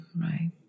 Right